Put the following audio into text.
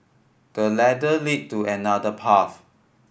the ladder lead to another path